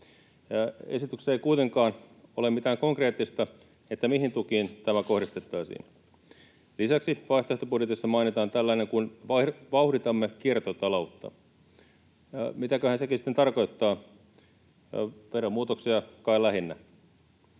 Esityksessä ei kuitenkaan ole mitään konkreettista siitä, mihin tukiin tämä kohdistettaisiin. Lisäksi vaihtoehtobudjetissa mainitaan tällainen kuin ”vauhditamme kiertotaloutta” — mitäköhän sekin sitten tarkoittaa, veromuutoksia kai lähinnä.